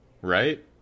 right